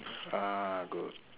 uh I got